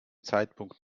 zeitpunkt